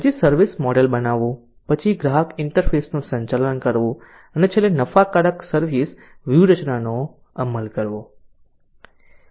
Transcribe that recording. પછી service model બનાવવું પછી ગ્રાહક ઇન્ટરફેસનું સંચાલન કરવું અને છેલ્લે નફાકારક સર્વિસ વ્યૂહરચનાનો અમલ કરવો